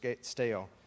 stale